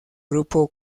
grupo